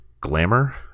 glamour